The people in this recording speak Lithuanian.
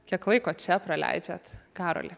kiek laiko čia praleidžiat karoli